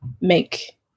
make